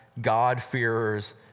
God-fearers